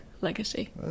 legacy